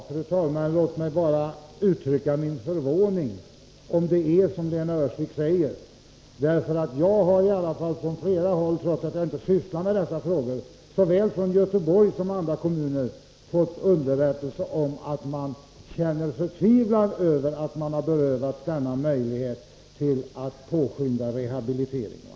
Fru talman! Låt mig bara uttrycka min förvåning, om det är som Lena Öhrsvik säger. Jag har i alla fall, trots att jag inte sysslar med dessa frågor, från flera håll i såväl Göteborg som andra kommuner fått underrättelse om att man känner förtvivlan över att man har berövats denna möjlighet att påskynda rehabiliteringen.